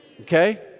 Okay